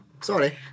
Sorry